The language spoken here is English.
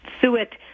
Suet